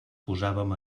posàvem